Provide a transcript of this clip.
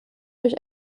durch